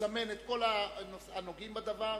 לזמן את כל הנוגעים בדבר.